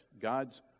God's